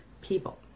people